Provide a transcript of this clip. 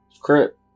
Crip